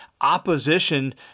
opposition